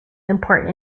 important